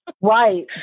Right